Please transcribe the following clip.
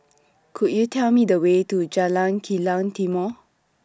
Could YOU Tell Me The Way to Jalan Kilang Timor